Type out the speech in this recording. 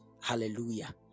Hallelujah